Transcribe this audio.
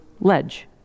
ledge